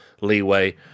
leeway